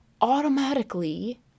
automatically